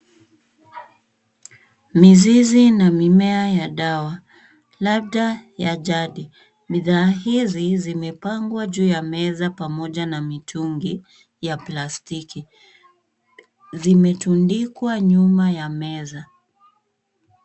Mizizi na mimea ya dawa, labda ya jadi. Bidhaa hizi zimepangwa juu ya meza pamoja na mitungi ya plastiki. Zimetundikwa nyuma ya meza.